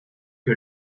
que